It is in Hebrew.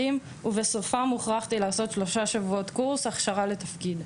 ובסופה הוכרחתי לעשות שלושה שבועות של קורס הכשרה לתפקיד.